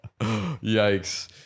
yikes